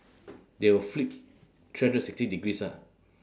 they will flip three hundred sixty degrees ah